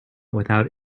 without